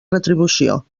retribució